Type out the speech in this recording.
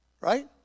Right